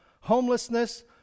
homelessness